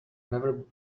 never